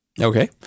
Okay